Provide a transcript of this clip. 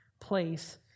place